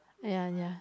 ya ya